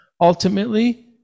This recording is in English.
Ultimately